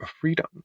freedom